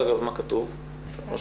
אגב מה כתוב בחוק?